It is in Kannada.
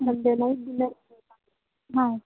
ಹಾಂ